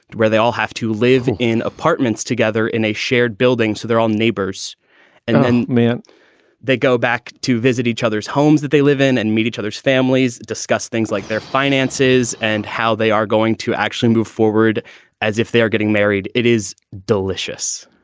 where they all have to live in apartments together in a shared building. so they're all neighbors and then meant they go back to visit each other's homes that they live in and meet each other's families, discuss things like their finances and how they are going to actually move forward as if they are getting married. it is delicious.